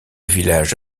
village